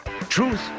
Truth